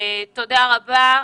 תודה רבה.